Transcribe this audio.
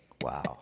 Wow